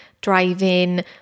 driving